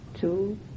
two